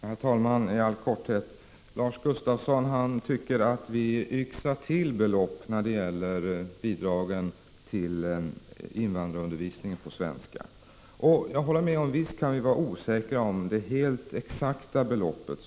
Herr talman! I all korthet: Lars Gustafsson tycker att vi yxar till belopp när det gäller undervisningen i svenska för invandrare, och visst kan det vara så att vi är osäkra på det exakta beloppet.